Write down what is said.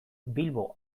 bilbo